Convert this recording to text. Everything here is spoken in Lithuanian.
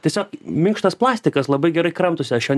tiesiog minkštas plastikas labai gerai kramtosi aš jo